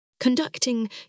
Conducting